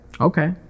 Okay